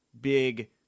big